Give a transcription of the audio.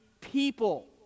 people